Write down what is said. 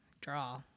Draw